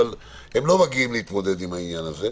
אבל הם לא מגיעים להתמודד עם העניין הזה.